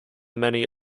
many